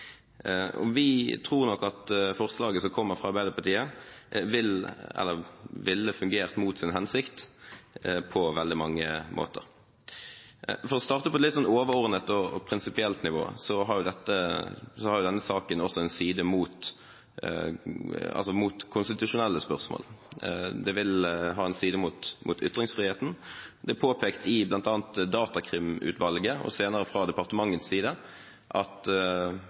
og vi tror nok at forslaget som kommer fra Arbeiderpartiet, ville fungert mot sin hensikt på veldig mange måter. For å starte på et litt overordnet og prinsipielt nivå, så har jo denne saken også en side mot konstitusjonelle spørsmål, det vil ha en side mot ytringsfriheten. Det er påpekt i bl.a. Datakrimutvalget og senere fra departementets side at